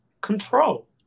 control